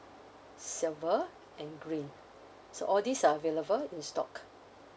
silver and green so all these are available in stock